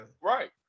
Right